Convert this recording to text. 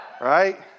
right